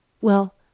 Well